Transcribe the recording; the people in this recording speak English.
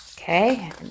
Okay